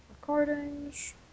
Recordings